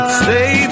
stay